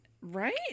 Right